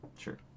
Sure